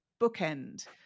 bookend